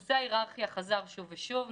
נושא ההיררכיה חזר שוב ושוב,